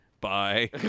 Bye